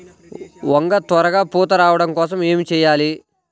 వంగ త్వరగా పూత రావడం కోసం ఏమి చెయ్యాలి?